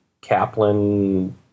Kaplan